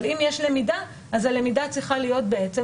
אבל אם יש למידה, אז הלמידה צריכה להיות בהתאם.